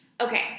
Okay